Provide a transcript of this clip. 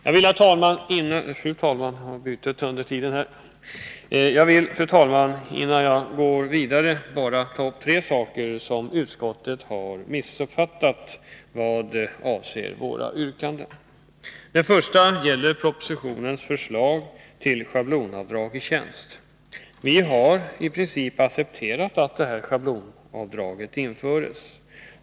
Jag skall, fru talman, innan jag går vidare bara ta upp tre saker som utskottet har missuppfattat vad avser våra yrkanden. Den första gäller propositionens förslag till schablonavdrag i tjänst. Vi har i princip accepterat att detta scablonavdrag införs.